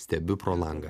stebiu pro langą